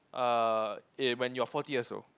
uh eh when you're forty years old